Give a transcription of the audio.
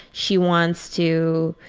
she wants to,